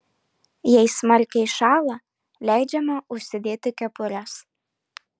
jei smarkiai šąla leidžiama užsidėti kepures